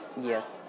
Yes